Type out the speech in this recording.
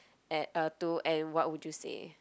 at uh to and what would you say